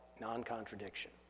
non-contradiction